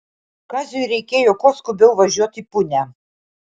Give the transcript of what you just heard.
kaziui reikėjo kuo skubiau važiuot į punią